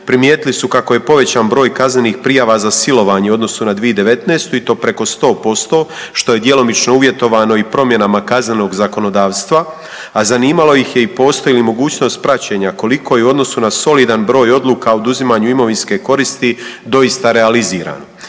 Primijetili su kako je povećan broj kaznenih prijava za silovanje u odnosu na 2019. i to preko 100% što je djelomično uvjetovano i promjenama Kaznenog zakonodavstva, a zanimalo ih je postoji li mogućnost praćenja? Koliko je u odnosu na solidan broj odluka oduzimanju imovinske koristi doista realiziran?